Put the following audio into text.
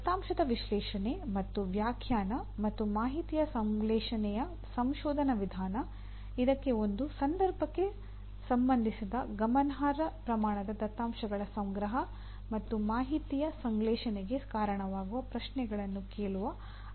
ದತ್ತಾಂಶದ ವಿಶ್ಲೇಷಣೆ ಮತ್ತು ವ್ಯಾಖ್ಯಾನ ಮತ್ತು ಮಾಹಿತಿಯ ಸಂಶ್ಲೇಷಣೆಯ ಸಂಶೋಧನಾ ವಿಧಾನ ಇದಕ್ಕೆ ಒಂದು ಸಂದರ್ಭಕ್ಕೆ ಸಂಬಂಧಿಸಿದ ಗಮನಾರ್ಹ ಪ್ರಮಾಣದ ದತ್ತಾಂಶಗಳ ಸಂಗ್ರಹ ಮತ್ತು ಮಾಹಿತಿಯ ಸಂಶ್ಲೇಷಣೆಗೆ ಕಾರಣವಾಗುವ ಪ್ರಶ್ನೆಗಳನ್ನು ಕೇಳುವ ಅಗತ್ಯವಿದೆ